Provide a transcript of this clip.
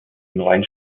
neuen